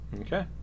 Okay